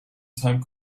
time